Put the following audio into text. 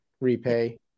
repay